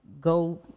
go